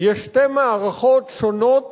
יש שתי מערכות שונות